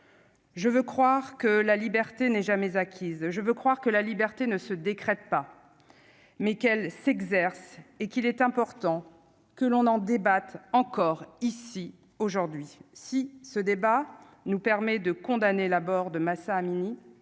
Je veux croire que la liberté n'est jamais acquise, je veux croire que la liberté ne se décrète pas, mais qu'elle s'exerce et qu'il est important que l'on en débatte encore ici aujourd'hui si ce débat nous permet de condamner la mort de Mahsa Amini